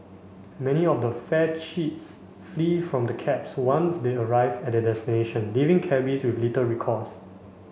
many of the fare cheats flee from the cabs once they arrive at their destination leaving cabbies with little recourse